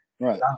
right